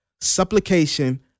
supplication